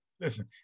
Listen